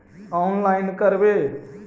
Online करवे?